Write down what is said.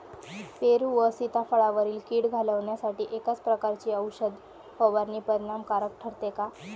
पेरू व सीताफळावरील कीड घालवण्यासाठी एकाच प्रकारची औषध फवारणी परिणामकारक ठरते का?